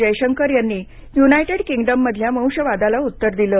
जयशंकर यांनी United Kingdom मधल्या वंशवादाला उत्तर दिलं